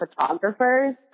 photographers